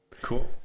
cool